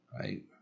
Right